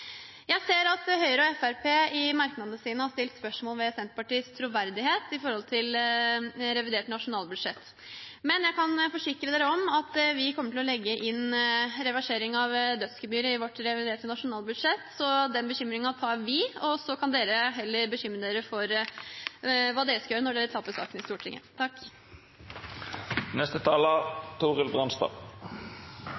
Jeg ser at Høyre og Fremskrittspartiet i merknadene sine har stilt spørsmål ved Senterpartiets troverdighet med tanke på revidert nasjonalbudsjett. Men jeg kan forsikre dere om at vi kommer til å legge inn reversering av dødsgebyret i vårt reviderte nasjonalbudsjett. Så den bekymringen tar vi, og så kan dere heller bekymre dere for hva dere skal gjøre når dere taper saken i Stortinget.